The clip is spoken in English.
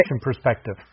perspective